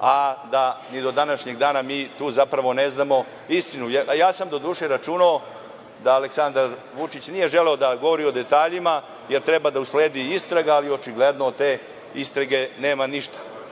a da ni do današnjeg dana mi tu zapravo ne znamo istinu. Ja sam doduše računao da Aleksandar Vučić nije želeo da govori o detaljima, jer treba da usledi istraga, ali očigledno od te istrage nema ništa. Ovo